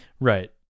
Right